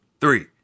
three